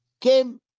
came